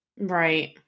right